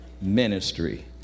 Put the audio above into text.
ministry